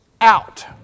out